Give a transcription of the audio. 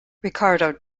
ricardo